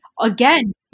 again